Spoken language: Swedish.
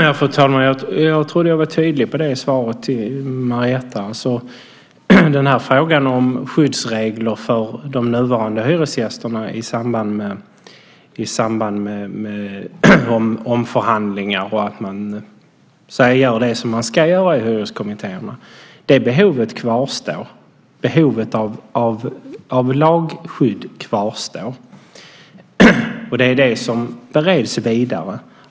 Fru talman! Jag trodde att jag var tydlig i svaret till Marietta. Det gäller frågan om skyddsregler för de nuvarande hyresgästerna i samband med omförhandlingar och om att man gör det som man ska göra i hyreskommittéerna. Det behovet kvarstår. Behovet av lagskydd kvarstår, och det är det som bereds vidare.